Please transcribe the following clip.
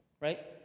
Right